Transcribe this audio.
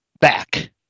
back